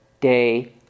day